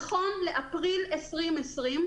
נכון לאפריל 2020,